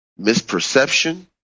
misperception